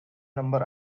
number